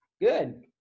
good